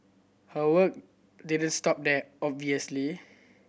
her work did stop there obviously